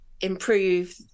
improve